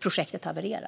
projektet havererar.